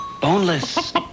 Boneless